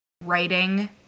writing